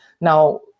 Now